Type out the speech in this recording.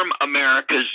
America's